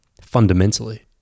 fundamentally